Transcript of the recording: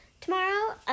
tomorrow